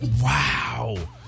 Wow